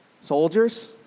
Soldiers